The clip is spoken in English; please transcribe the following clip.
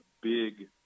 big